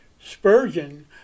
Spurgeon